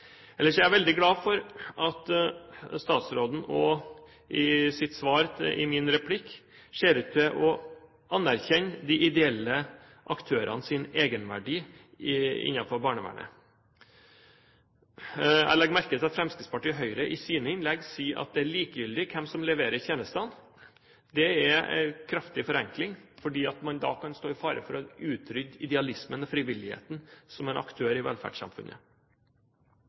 Ellers er jeg veldig glad for at statsråden også i sitt svar på min replikk ser ut til å anerkjenne de ideelle aktørenes egenverdi innenfor barnevernet. Jeg legger merke til at Fremskrittspartiet og Høyre i sine innlegg sier at det er likegyldig hvem som leverer tjenestene. Det er en kraftig forenkling, fordi man da kan stå i fare for å utrydde idealismen og frivilligheten som en aktør i velferdssamfunnet.